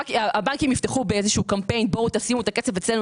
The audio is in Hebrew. הבנקים יפתחו בקמפיין: שימו את הכסף אצלנו,